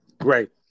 great